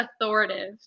authoritative